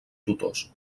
tutors